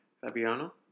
Fabiano